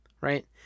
right